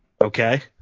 Okay